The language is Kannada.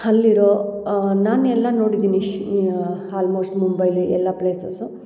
ಅಲ್ಲಿರೋ ನಾನು ಎಲ್ಲ ನೋಡಿದ್ದೀನಿ ಶ್ ಹಾಲ್ಮೋಸ್ಟ್ ಮುಂಬೈಲ್ಲಿ ಎಲ್ಲ ಪ್ಲೇಸಸ್ಸು